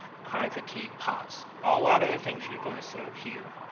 chronic fatigue, pots a lot of the things you're going to sort of hear.